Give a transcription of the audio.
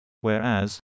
whereas